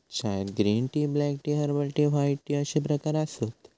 चायत green tea, black tea, herbal tea, white tea अश्ये प्रकार आसत